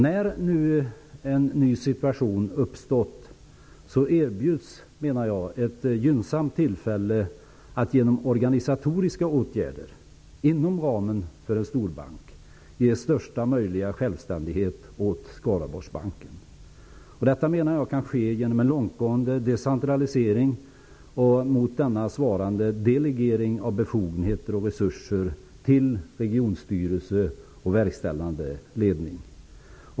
När nu en ny situation har uppstått menar jag att ett gynnsamt tillfälle erbjuds att genom organisatoriska åtgärder, inom ramen för en storbank, ge största möjliga självständighet åt Skaraborgsbanken. Detta menar jag kan ske genom en långtgående decentralisering och mot denna svarande delegering av befogenheter och resurser till regionstyrelser och verkställande ledning.